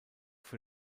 für